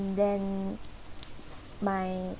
then my